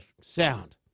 sound